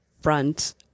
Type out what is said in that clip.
front